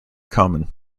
common